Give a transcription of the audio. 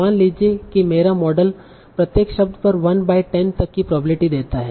मान लीजिए कि मेरा मॉडल प्रत्येक शब्द पर 1 बाय 10 तक की प्रोबेबिलिटी देता है